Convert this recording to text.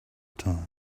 time